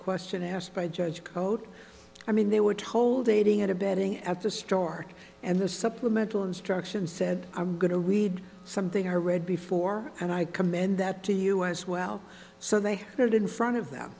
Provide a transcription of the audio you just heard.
question asked by judge cote i mean they were told aiding and abetting at the start and this supplemental instruction said i'm going to read something i read before and i commend that to you as well so they did in front of them